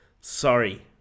sorry